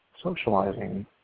socializing